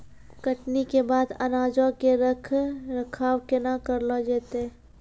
कटनी के बाद अनाजो के रख रखाव केना करलो जैतै?